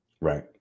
Right